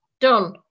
done